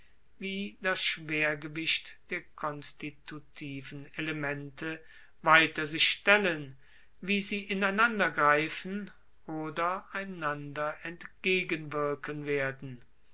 wie das schwergewicht der konstitutiven elemente weiter sich stellen wie sie ineinandergreifen oder einander entgegenwirken werden